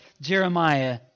Jeremiah